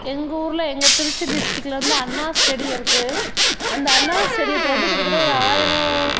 எங்கள் ஊரில் எங்கள் திருச்சி டிஸ்ட்டிக்கில் வந்து அண்ணா ஸ்டேடியம் இருக்குது அந்த அண்ணா ஸ்டேடியத்தில் வந்து கிட்டத்தட்ட ஒரு ஆயிரம்